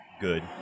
good